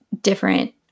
different